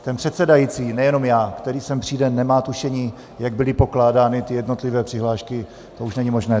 Ten předsedající nejenom já který sem přijde, nemá tušení, jak byly pokládány jednotlivé přihlášky, to už není možné.